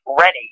ready